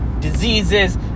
diseases